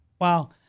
Wow